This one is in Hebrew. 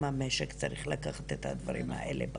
המשק צריך לקחת את הדברים האלה בחשבון.